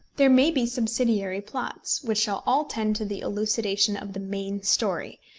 there may be subsidiary plots, which shall all tend to the elucidation of the main story,